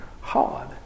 hard